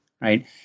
right